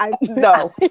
No